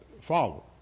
follow